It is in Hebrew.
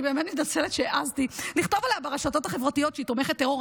אני באמת מתנצלת שהעזתי לכתוב עליה ברשתות החברתיות שהיא תומכת טרור.